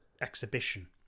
exhibition